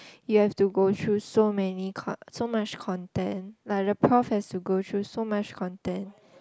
you have to go through so many con~ so much content like the prof has to go through so much content